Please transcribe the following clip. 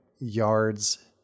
yards